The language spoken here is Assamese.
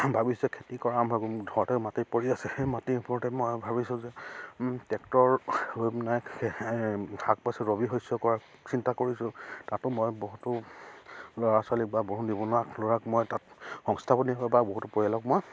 ভাবিছোঁ খেতি কৰা আৰম্ভ কৰিম ঘৰতে মাটি পৰি আছে সেই মাটিৰ ওপৰতে মই ভাবিছোঁ যে ট্ৰেক্টৰ লৈ পেলাই শাক পাচলি ৰবি শস্য কৰাৰ চিন্তা কৰিছোঁ তাতো মই বহুতো ল'ৰা ছোৱালী বা বহু নিবনুৱা ল'ৰাক মই তাত সংস্থাপন দিম বা বহুতো পৰিয়ালক মই